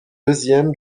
deuxième